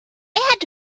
had